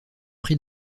prix